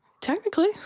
Technically